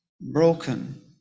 broken